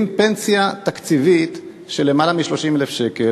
פנסיה תקציבית של למעלה מ-30,000 שקל,